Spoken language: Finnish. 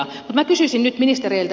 mutta minä kysyisin nyt ministereiltä